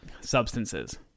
substances